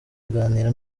aganira